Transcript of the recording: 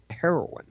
heroin